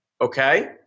Okay